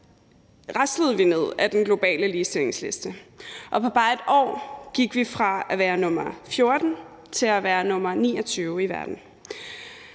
raslede vi ned ad den globale ligestillingsliste, og på bare et år gik vi fra at være nr. 14 til at være nr. 29 i verden.